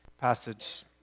passage